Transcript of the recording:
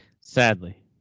Sadly